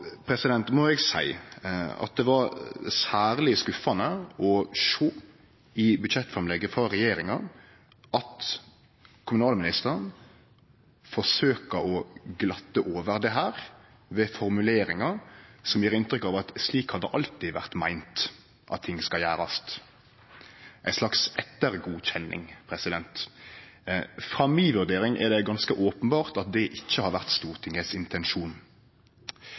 må eg seie at det var særleg skuffande å sjå i budsjettframlegget frå regjeringa at kommunalministeren forsøkjer å glatte over dette med formuleringar som gjev inntrykk av at slik har det alltid vore meint at ting skal gjerast – ei slags ettergodkjenning. Etter mi vurdering er det ganske openbert at det ikkje har vore Stortinget sin intensjon.